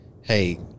hey